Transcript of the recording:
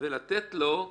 ולתת לו,